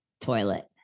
toilet